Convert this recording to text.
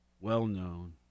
well-known